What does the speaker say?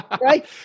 Right